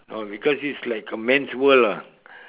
oh because this is like a man's world lah